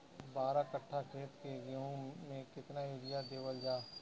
बारह कट्ठा खेत के गेहूं में केतना यूरिया देवल जा?